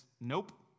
nope